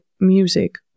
music